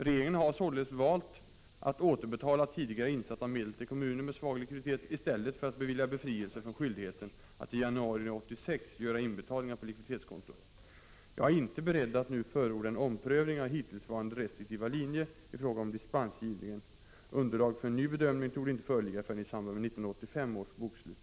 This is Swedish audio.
Regeringen har således valt att återbetala tidigare insatta medel till kommuner med svag likviditet i stället för att bevilja befrielse från skyldigheten att i januari 1986 göra inbetalningar på likviditetskonto. Jag är inte beredd att nu förorda en omprövning av hittillsvarande restriktiva linje i fråga om dispensgivningen. Underlag för en ny bedömning torde inte föreligga förrän i samband med 1985 års bokslut.